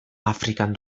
afrikan